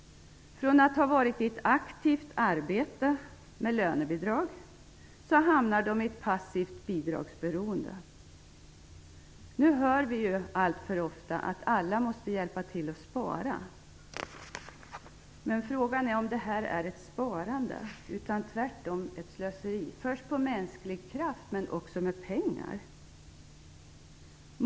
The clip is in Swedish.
Från att ha varit i aktivt arbete med lönebidrag hamnar de i passivt bidragsberoende. Vi hör nu alltför ofta att alla måste hjälpa till att spara. Men frågan är om detta innebär ett sparande eller tvärtom ett slöseri med mänsklig kraft och också med pengar.